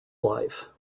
life